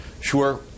sure